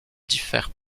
diffère